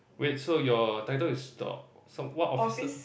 wait so your title is the so what officer